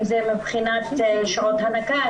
אם זה מבחינת שעות הנקה,